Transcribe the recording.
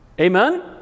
Amen